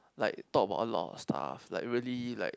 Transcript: like talk about a lot of stuff like really like